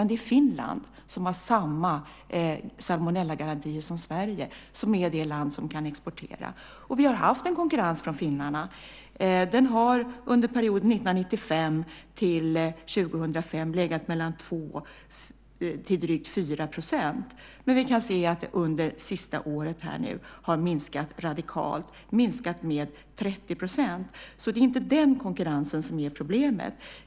Det är Finland, som har samma salmonellagarantier som Sverige, som är det land som kan exportera. Och vi har haft en konkurrens från finnarna. Den har under perioden 1995-2005 varit mellan 2 och drygt 4 %, men vi kan se att den under det senaste året har minskat radikalt - med 30 %. Det är alltså inte den konkurrensen som är problemet.